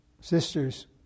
Sisters